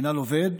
המינהל עובד.